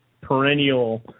perennial